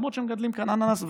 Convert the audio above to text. למרות שמגדלים כאן אננס,